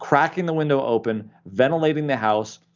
cracking the window open, ventilating the house,